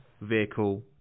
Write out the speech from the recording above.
vehicle